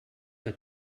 que